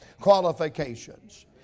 qualifications